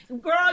girl